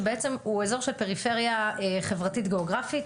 שבעצם הוא אזור של פריפריה חברתית וגיאוגרפית.